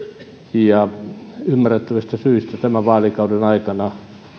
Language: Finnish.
ymmärrettävistä syistä tämän vaalikauden aikana